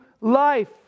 life